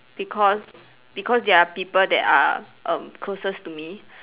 because because they are people that are um closest to me